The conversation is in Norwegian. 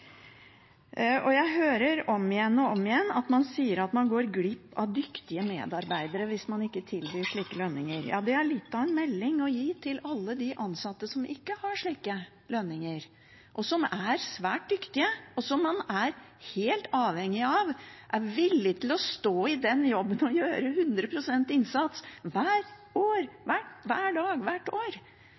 på. Jeg hører om og om igjen at man sier man går glipp av dyktige medarbeidere hvis man ikke tilbyr slike lønninger. Ja, det er litt av en melding å gi til alle ansatte som ikke har slike lønninger, som er svært dyktige, som man er helt avhengig av, og som er villige til å stå i jobben og gjøre 100 pst. innsats, hver dag og hvert år,